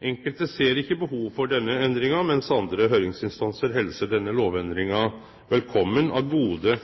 Enkelte ser ikkje behov for denne endringa, medan andre høyringsinstansar helsar denne lovendringa velkomen av gode